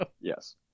Yes